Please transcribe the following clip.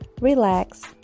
relax